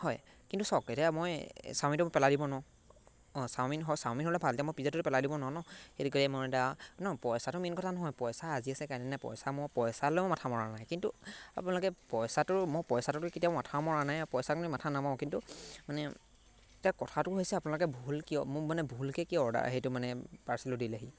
হয় কিন্তু চাওক এতিয়া মই চাওমিনটো পেলাই দিব ন অ' চাওমিন হয় চাওমিন হ'লে ভালদৰে মই পিজ্জাটো পেলাই দিব নোৱাৰো সেইটো মই এটা ন পইচাটো মেইন কথা নহয় পইচা আজি আছে কাইলৈ নাই পইচা মই পইচালৈ মই মাথা মৰা নাই কিন্তু আপোনালোকে পইচাটো মই পইচাটোতো কেতিয়াও মাথা মৰা নাই পইচা কিনি মাথা নামাৰো কিন্তু মানে এতিয়া কথাটো হৈছে আপোনালোকে ভুল কিয় মোক মানে ভুলকৈ কি অৰ্ডাৰ সেইটো মানে পাৰ্চেলটো দিলেহি